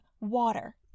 water